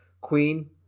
Queen